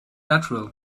natural